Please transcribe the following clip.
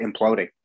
imploding